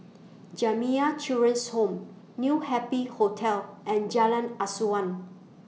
Jamiyah Children's Home New Happy Hotel and Jalan Asuhan